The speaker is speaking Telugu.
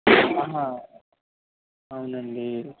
అహ అవునాండి